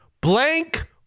blank